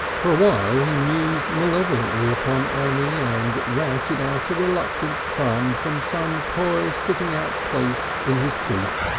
for a while he mused malevolently upon annie, and routed out a reluctant crumb from some coy sitting-out place in his tooth.